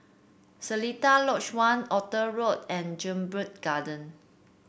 Seletar Lodge One Arthur Road and Jedburgh Garden